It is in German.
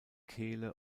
kehle